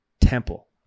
Temple